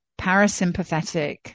parasympathetic